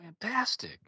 fantastic